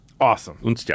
Awesome